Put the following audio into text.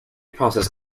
process